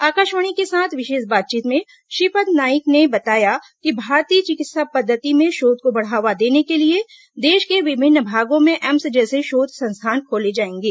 आकाशवाणी के साथ विशेष बातचीत में श्रीपद नाइक ने बताया कि भारतीय चिकित्सा पद्धति में शोध को बढावा देने के लिए देश के विभिन्न भागों में एम्स जैसे शोध संस्थान खोले जाएंगे